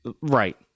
right